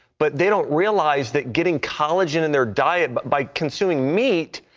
but they don't realize that getting collagen in their diet, by consuming meat,